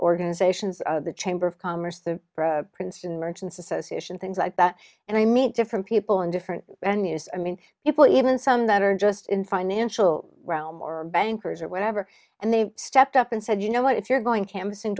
organizations the chamber of commerce the princeton merchants association things like that and i meet different people and different i mean people even some that are just in financial realm or bankers or whatever and they stepped up and said you know what if you're going campus